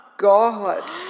God